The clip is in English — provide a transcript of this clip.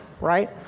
right